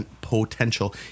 potential